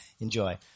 Enjoy